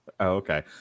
okay